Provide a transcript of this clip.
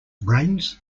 brains